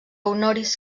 honoris